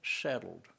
settled